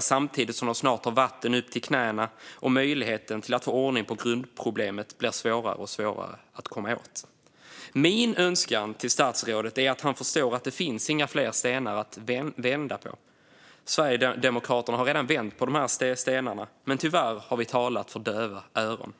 samtidigt som de snart har vatten upp till knäna. Och möjligheten att få ordning på grundproblemet blir mindre och mindre. Min önskan är att statsrådet förstår att det inte finns några fler stenar att vända på. Vi sverigedemokrater har redan vänt på dessa stenar, men tyvärr har vi talat för döva öron.